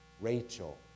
Rachel